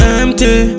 empty